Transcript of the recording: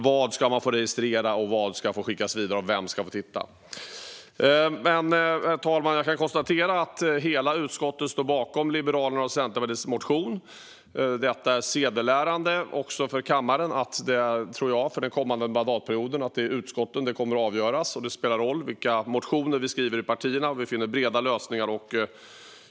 Vad ska man få registrera, vad ska få skickas vidare och vem ska få titta? Herr talman! Jag kan konstatera att hela utskottet står bakom Liberalernas och Centerpartiets motion. Detta är sedelärande också för kammaren. Jag tror att det är i utskotten frågor kommer att avgöras under mandatperioden. Det spelar roll vilka motioner vi skriver i partierna och att vi finner breda lösningar.